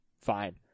fine